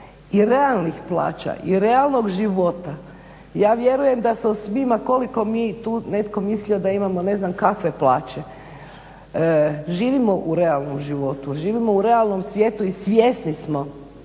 i realnih plaća i realnog života ja vjerujem da se svima koliko mi tu netko mislio da imamo ne znam kakve plaće živimo u realnom životu, živimo u realnom svijetu i svjesni smo